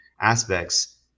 aspects